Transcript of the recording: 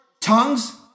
tongues